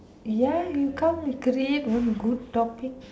ya you come and create one good topic